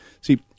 See